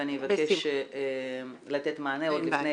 ואני אבקש לתת מענה עוד לפני